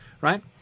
Right